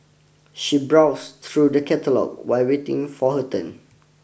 she browsed through the catalogue while waiting for her turn